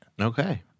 Okay